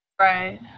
right